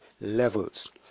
levels